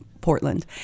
Portland